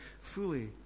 fully